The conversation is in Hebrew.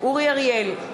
אורי אריאל,